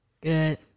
Good